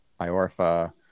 Iorfa